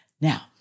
Now